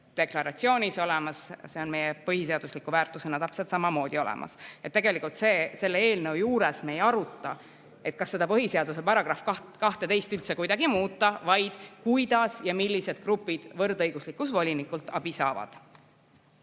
deklaratsioonis olemas, see on meie põhiseadusliku väärtusena täpselt samamoodi olemas. Tegelikult selle eelnõu juures me ei aruta, kas põhiseaduse § 12 üldse kuidagi muuta, vaid seda, kuidas ja millised grupid võrdõiguslikkuse volinikult abi saavad.